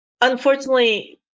unfortunately